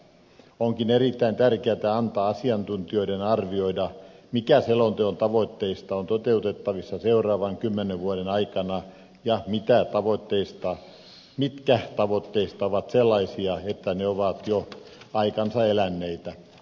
onkin erittäin tärkeätä antaa asiantuntijoiden arvioida mikä selonteon tavoitteista on toteutettavissa seuraavan kymmenen vuoden aikana ja mitkä tavoitteista ovat sellaisia että ne ovat jo aikansa eläneitä